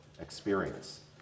experience